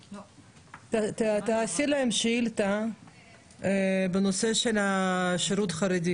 תעשי להם שאילתה בנושא של שירות חרדים.